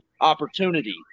opportunity